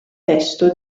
testo